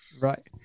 Right